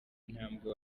intambwe